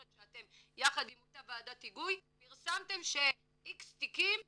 שאתם יחד עם אותה ועדת היגוי פרסמתם ש-X תיקים נבדקו.